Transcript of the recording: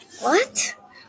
What